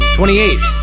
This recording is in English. Twenty-eight